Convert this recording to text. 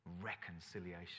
reconciliation